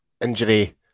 injury